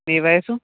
మీ వయస్సు